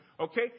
Okay